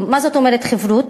מה זאת אומרת חִברות?